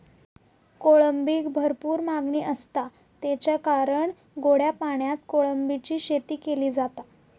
कोळंबीक भरपूर मागणी आसता, तेच्या कारणान गोड्या पाण्यात कोळंबीची शेती केली जाता